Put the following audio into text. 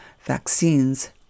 vaccines